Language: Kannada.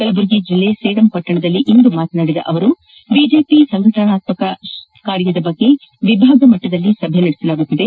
ಕಲಬುರಗಿ ಜೆಲ್ಲೆಯ ಸೇಡಂ ಪಟ್ಟಣದಲ್ಲಿಂದು ಮಾತನಾಡಿದ ಅವರು ಬಿಜೆಪಿ ಸಂಘಟನಾತ್ಮಕ ಕಾರ್ಯದ ಬಗ್ಗೆ ವಿಭಾಗ ಮಟ್ಟದಲ್ಲಿ ಸಭೆ ನಡೆಸಲಾಗುತ್ತಿದೆ